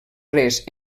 res